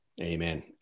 Amen